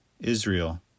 Israel